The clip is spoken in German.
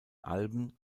alben